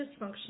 dysfunctional